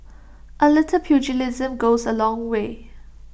A little pugilism goes A long way